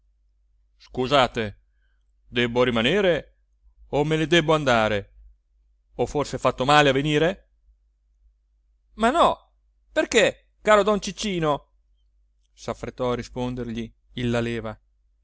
scusate debbo rimanere o me ne debbo andare ho forse fatto male a venire ma no perché caro don ciccino saffrettò a rispondergli il laleva